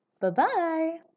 Bye-bye